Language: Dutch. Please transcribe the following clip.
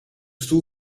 stoel